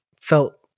felt